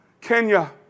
Kenya